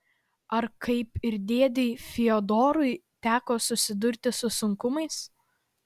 ar kaip ir dėdei fiodorui teko susidurti su sunkumais